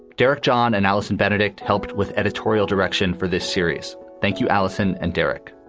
derek, john and alison benedicte helped with editorial direction for this series. thank you, alison and derek.